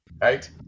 Right